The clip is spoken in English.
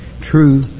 true